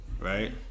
right